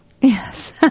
Yes